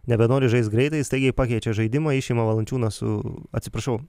nebenori žaist greitai staigiai pakeičia žaidimą išima valančiūnas atsiprašau